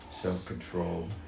self-control